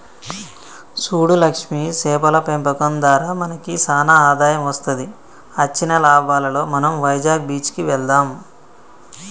సూడు లక్ష్మి సేపల పెంపకం దారా మనకి సానా ఆదాయం వస్తది అచ్చిన లాభాలలో మనం వైజాగ్ బీచ్ కి వెళ్దాం